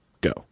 go